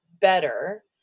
better